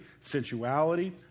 sensuality